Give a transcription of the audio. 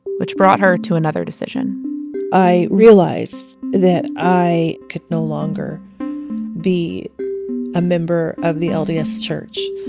which brought her to another decision i realized that i could no longer be a member of the lds church.